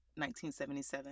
1977